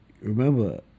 remember